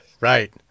right